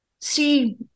see